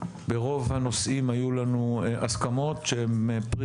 ברוב הנושאים היו לנו הסכמות שהן פרי